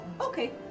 Okay